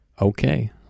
Okay